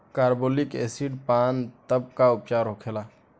Carbolic acid पान तब का उपचार होखेला?